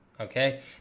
Okay